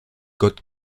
gott